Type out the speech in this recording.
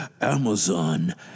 Amazon